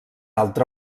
altra